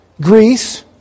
Greece